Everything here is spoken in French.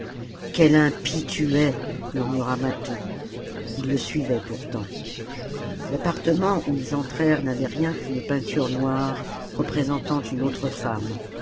quel impie tu es murmura mâtho ii le suivait pourtant l'appartement où ils entrèrent n'avait rien qu'une peinture noire représentant une autre femme